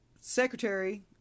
secretary